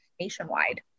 nationwide